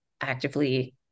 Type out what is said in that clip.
actively